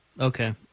Okay